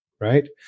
right